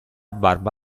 barba